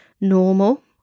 normal